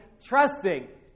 trusting